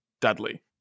Dudley